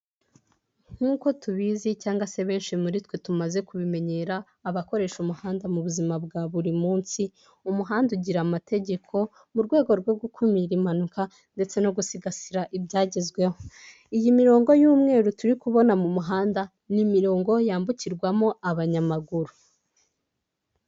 Nk'uko tubizi cyangwa se benshi muri twe tumaze kubimenyera, abakoresha umuhanda mu buzima bwa buri munsi, umuhanda ugira amategeko mu rwego rwo gukumira impanuka ndetse no gusigasira ibyagezweho, iyi mirongo y'umweru turi kubona mu muhanda, ni imirongo yambukirwamo abanyamaguru.